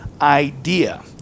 idea